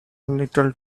little